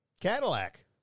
Cadillac